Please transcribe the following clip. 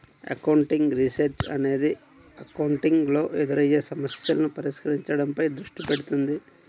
accounting research అనేది accounting లో ఎదురయ్యే సమస్యలను పరిష్కరించడంపై దృష్టి పెడుతుంది